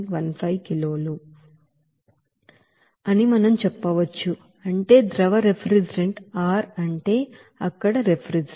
15 కిలోలు అని మీకు తెలుసా అని మనం చెప్పవచ్చు అంటే ద్రవ రిఫ్రిజిరెంట్ R అంటే ఇక్కడ రిఫ్రిజిరెంట్